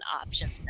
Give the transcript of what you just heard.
options